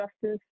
justice